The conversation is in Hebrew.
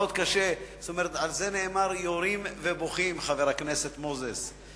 על זה נאמר: יורים ובוכים, חבר הכנסת מוזס.